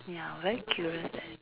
ya very curious eh